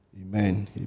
Amen